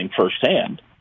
firsthand